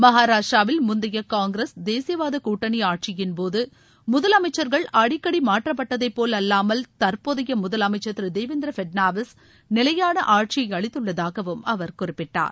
மகாராஷ்ட்ராவில் முந்தைய காங்கிரஸ் தேசியவாத கூட்டணி ஆட்சியின்போது முதலமைச்சர்கள் அடிக்கடி மாற்றப்பட்டதை போல் அல்லாமல் தற்போதைய முதலமைச்சர் திரு தேவேந்திர ஃபட்னாவிஸ் நிலையான ஆட்சியை அளித்துள்ளதாகவும் அவர் குறிப்பிட்டார்